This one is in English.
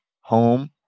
home